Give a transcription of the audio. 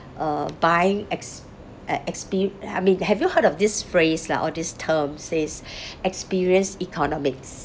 buying ex~ e~ exper~ I mean have you heard of this phrase lah or this terms says experience economics